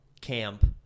camp